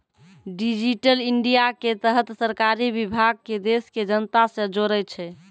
digital India के तहत सरकारी विभाग के देश के जनता से जोड़ै छै